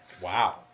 Wow